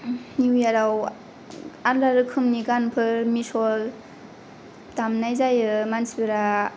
न्युयियाराव आलदा रोखोमनि मिसल दामनाय जायो मानसिफोरा